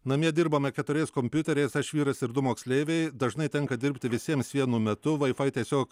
namie dirbame keturiais kompiuteriais aš vyras ir du moksleiviai dažnai tenka dirbti visiems vienu metu vai fai tiesiog